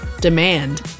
demand